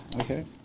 okay